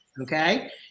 okay